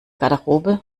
garderobe